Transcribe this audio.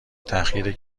تحقیر